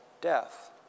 death